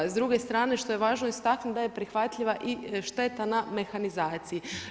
S druge strane što je važno istaknuti da je prihvatljiva i šteta na mehanizaciji.